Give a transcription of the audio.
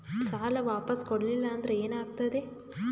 ಸಾಲ ವಾಪಸ್ ಕೊಡಲಿಲ್ಲ ಅಂದ್ರ ಏನ ಆಗ್ತದೆ?